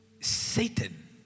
Satan